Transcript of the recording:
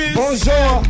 Bonjour